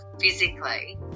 physically